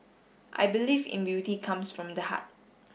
I believe in beauty comes from the heart